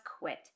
quit